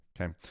Okay